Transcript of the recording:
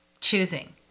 choosing